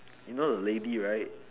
you know the lady right